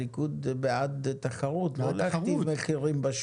הליכוד בעד תחרות ולא להכתיב מחירים.